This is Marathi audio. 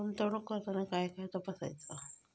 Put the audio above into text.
गुंतवणूक करताना काय काय तपासायच?